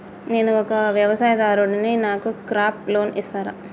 నేను ఒక వ్యవసాయదారుడిని నాకు క్రాప్ లోన్ ఇస్తారా?